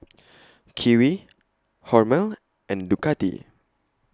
Kiwi Hormel and Ducati